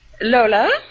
Lola